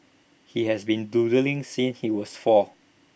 he has been doodling since he was four